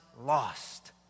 lost